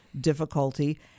difficulty